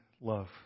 love